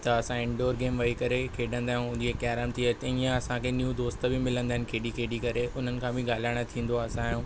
त असां indoor game वेई करे खेॾंदा आहियूं जीअं कैरम थी वेई त इअं असांखे न्यूं दोस्त बि मिलंदा आहिनि खेॾी खेॾी करे हुननि खां बि ॻाल्हाइण थींदो आहे असांजो